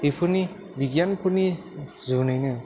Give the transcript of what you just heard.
बेफोरनि बिगियानफोरनि जुनैनो